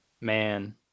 Man